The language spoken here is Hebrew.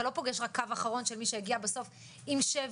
אתה לא פוגש רק קו אחרון של מי שהגיע בסוף עם שבר,